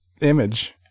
image